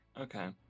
Okay